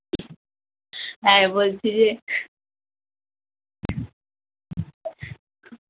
হ্যাঁ বলছি যে